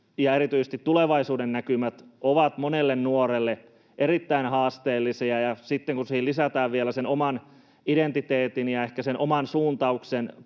ja erityisesti tulevaisuuden näkymät ovat monelle nuorelle erittäin haasteellisia, niin sitten kun siihen lisätään vielä sen oman identiteetin ja ehkä sen oman suuntauksen